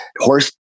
Horse